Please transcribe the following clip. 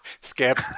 Skip